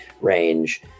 range